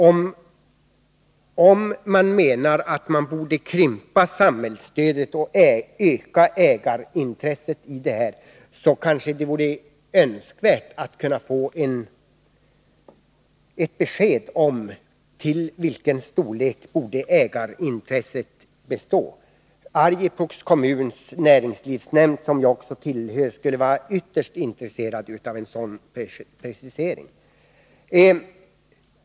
Om det anses att man borde krympa samhällsstödet och öka ägarintresset, vore det önskvärt om vi kunde få ett besked om vid vilken storlek ägarintresset borde bestå. Arjeplogs kommuns näringslivsnämnd, som jag tillhör, skulle vara ytterst intresserad av en sådan precisering.